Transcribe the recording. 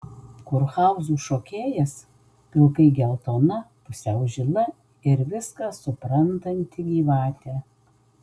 kurhauzų šokėjas pilkai geltona pusiau žila ir viską suprantanti gyvatė